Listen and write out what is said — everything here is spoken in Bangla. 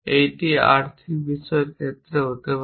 এটি আর্থিক বিষয়ের ক্ষেত্রে হতে পারে